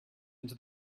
into